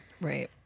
Right